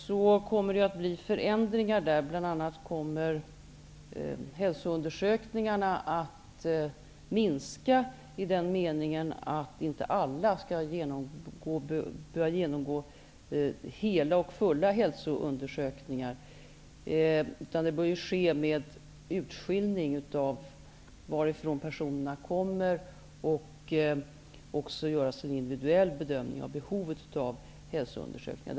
Det kommer att bli förändringar där. Bl.a. kommer hälsounder sökningarna att minska, i den meningen att inte alla skall behöva genomgå fullständiga hälsoun dersökningar, utan dessa bör ske med hänsyn till varifrån personerna kommer. Det bör också göras en individuell bedömning av behovet av hälsoun dersökningar.